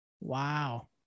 wow